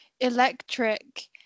electric